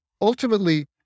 ultimately